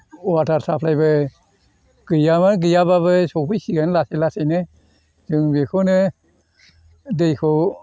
water साप्लाइबो गैयामोन गैयाबाबो सफैसिगोन लासै लासैनो जों बेखौनो दैखौ